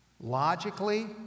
Logically